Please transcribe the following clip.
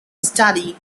study